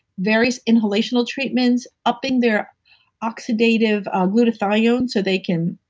various inhalational treatments, upping their oxidative ah glutathiones so they can.